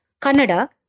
Canada